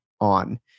on